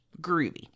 Groovy